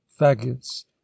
faggots